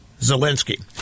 Zelensky